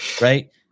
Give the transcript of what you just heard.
Right